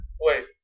wait